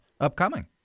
upcoming